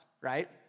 right